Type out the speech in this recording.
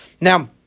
Now